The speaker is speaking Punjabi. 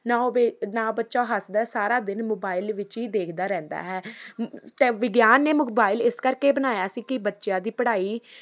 ਨਾ ਹੋਵੇ ਨਾ ਬੱਚਾ ਹੱਸਦਾ ਸਾਰਾ ਦਿਨ ਮੋਬਾਇਲ ਵਿੱਚ ਹੀ ਦੇਖਦਾ ਰਹਿੰਦਾ ਹੈ ਅਤੇ ਵਿਗਿਆਨ ਨੇ ਮੁਬਾਇਲ ਇਸ ਕਰਕੇ ਬਣਾਇਆ ਸੀ ਕਿ ਬੱਚਿਆਂ ਦੀ ਪੜ੍ਹਾਈ